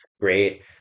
Great